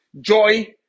joy